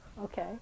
Okay